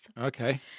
Okay